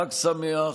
חג שמח.